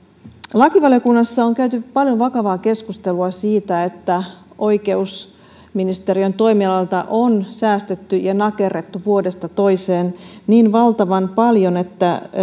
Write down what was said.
lakivaliokunnassa on käyty paljon vakavaa keskustelua siitä että oikeusministeriön toimialalta on säästetty ja nakerrettu vuodesta toiseen niin valtavan paljon että